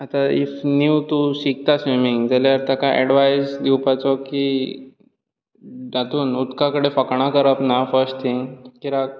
आतां इफ न्यू तूं शिकता स्विमींग जाल्यार ताका एड्वायज दिवपाचो की तातूंत उदका कडेन फकाणां करप ना फर्स्ट थींग कित्याक